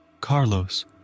Carlos